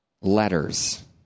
letters